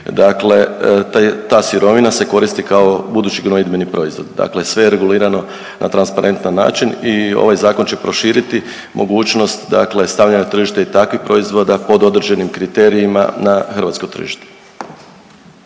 dakle ta sirovina se koristi kao budući gnojidbeni proizvodi. Dakle, sve je regulirano na transparentan način i ovaj zakon će proširiti mogućnost dakle stavljanje na tržište i takvih proizvoda pod određenim kriterijima na hrvatsko tržište.